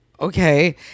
Okay